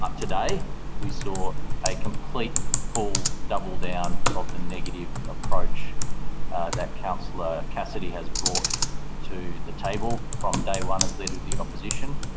ah today we saw a complete full double-down of the negative approach that councillor cassidy has brought to the table from day one as leader of the opposition.